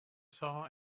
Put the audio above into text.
saw